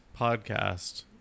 podcast